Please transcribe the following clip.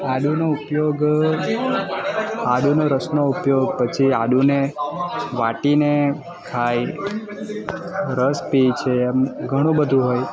આદુનો ઉપયોગ આદુનાં રસનો ઉપયોગ પછી આદુને વાટીને ખાય રસ પીએ છે એમ ઘણું બધું હોય